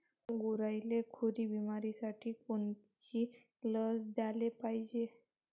गुरांइले खुरी बिमारीसाठी कोनची लस द्याले पायजे?